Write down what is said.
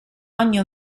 ogni